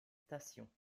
stations